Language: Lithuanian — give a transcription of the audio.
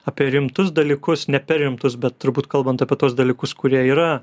apie rimtus dalykus ne per rimtus bet turbūt kalbant apie tuos dalykus kurie yra